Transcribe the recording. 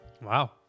Wow